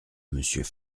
monsieur